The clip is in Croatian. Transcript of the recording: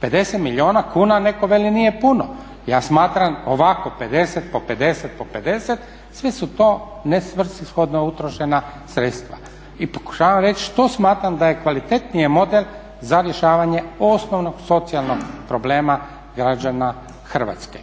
50 milijuna kuna netko veli nije puno. Ja smatram da ovako 50 po 50 po 50 sve su to ne svrsishodno utrošena sredstva. I pokušavam reći što smatram da je kvalitetniji model za rješavanje osnovnog socijalnog problema građana Hrvatske.